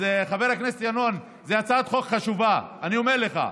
חבר הכנסת ינון, זאת הצעת חוק חשובה, אני אומר לך,